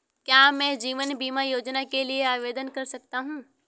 क्या मैं जीवन बीमा योजना के लिए आवेदन कर सकता हूँ?